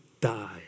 die